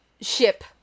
ship